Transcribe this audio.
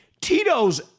Tito's